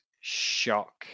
shock